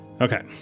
Okay